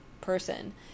person